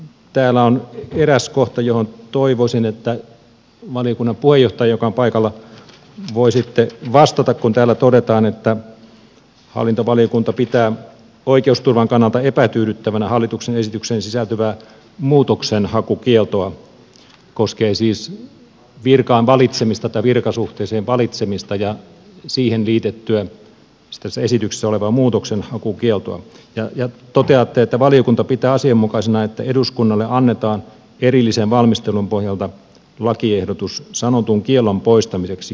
täällä on eräs kohta johon toivoisin että valiokunnan puheenjohtaja joka on paikalla voisitte vastata kun täällä todetaan että hallintovaliokunta pitää oikeusturvan kannalta epätyydyttävänä hallituksen esitykseen sisältyvää muutoksenhakukieltoa koskee siis virkasuhteeseen valitsemista ja siihen liitettyä tässä esityksessä olevaa muutoksenhakukieltoa ja pitää asianmukaisena että eduskunnalle annetaan erillisen valmistelun pohjalta lakiehdotus sanotun kiellon poistamiseksi kirkkolaista